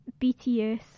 BTS